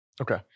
Okay